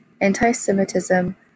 anti-Semitism